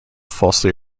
falsely